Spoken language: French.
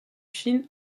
shin